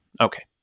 Okay